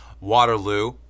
Waterloo